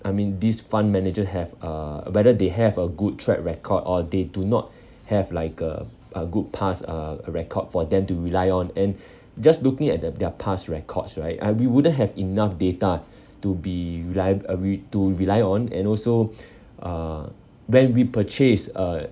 I mean these fund manager have uh whether they have a good track record or they do not have like a a good past uh record for them to rely on and just looking at their their past records right I we wouldn't have enough data to be relia~ uh to rely on and also uh when we purchase uh